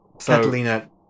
Catalina